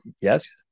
yes